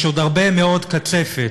יש עוד הרבה מאוד קצפת